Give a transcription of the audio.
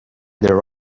their